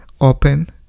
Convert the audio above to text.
open